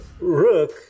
Rook